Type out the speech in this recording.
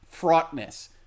fraughtness